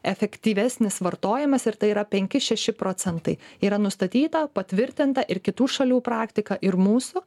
efektyvesnis vartojimas ir tai yra penki šeši procentai yra nustatyta patvirtinta ir kitų šalių praktika ir mūsų